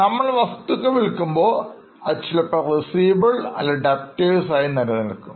നമ്മൾ വസ്തുക്കൾ വിൽക്കുമ്പോൾ അത് ചിലപ്പോൾ Receivables അല്ലെങ്കിൽ Debtors ആയി നിലനിൽക്കും